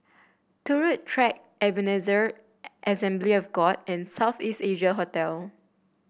Turut Track Ebenezer Assembly of God and South East Asia Hotel